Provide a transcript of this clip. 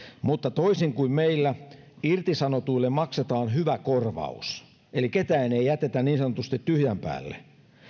mutta toisin kuin meillä irtisanotuille maksetaan hyvä korvaus eli ketään ei jätetä niin sanotusti tyhjän päälle